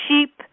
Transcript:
sheep